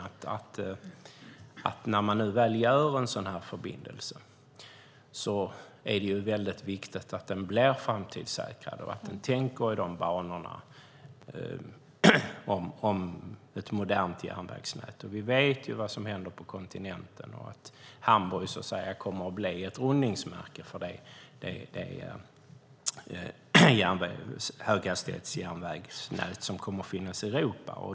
När man nu bygger en sådan här förbindelse är det väldigt viktigt att den blir framtidssäkrad och att man anpassar den till ett modernt järnvägsnät. Vi vet vad som händer på kontinenten och att Hamburg så att säga kommer att bli ett rundningsmärke i det höghastighetsjärnvägsnät som kommer att finnas i Europa.